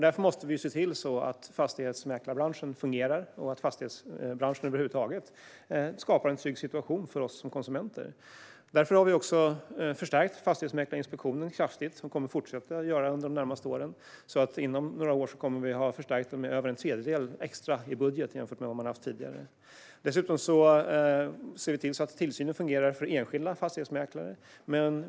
Därför måste vi se till att fastighetsmäklarbranschen fungerar och att fastighetsbranschen över huvud taget skapar en trygg situation för oss konsumenter. Vi har förstärkt Fastighetsmäklarinspektionen kraftigt, och kommer att fortsätta att göra det under de närmaste åren. Inom några år kommer vi att ha förstärkt den med över en tredjedel extra i budget jämfört med vad den har haft tidigare. Dessutom ser vi till att tillsynen fungerar för enskilda fastighetsmäklare.